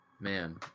Man